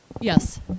yes